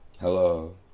Hello